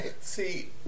see